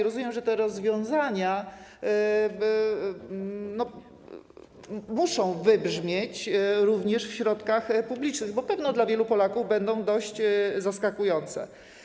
Rozumiem, że te rozwiązania muszą wybrzmieć również w środkach publicznych, bo pewno dla wielu Polaków będą dość zaskakujące.